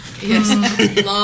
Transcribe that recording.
Yes